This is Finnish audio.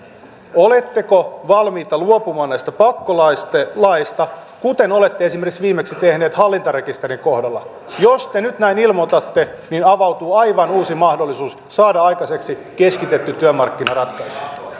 oletteko valmis luopumaan näistä pakkolaeista pakkolaeista kuten olette esimerkiksi viimeksi tehnyt hallintarekisterin kohdalla jos te nyt näin ilmoitatte niin avautuu aivan uusi mahdollisuus saada aikaiseksi keskitetty työmarkkinaratkaisu